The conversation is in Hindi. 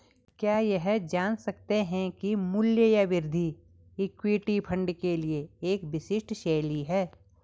क्या यह कह सकते हैं कि मूल्य या वृद्धि इक्विटी फंड के लिए एक विशिष्ट शैली है?